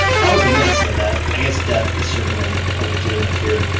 i wasn't gonna say that. i guess death is, certainly, a legitimate fear.